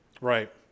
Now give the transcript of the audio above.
Right